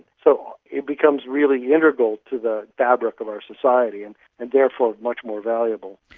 so it becomes really integral to the fabric of our society and and therefore much more valuable.